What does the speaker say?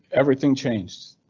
everything changed.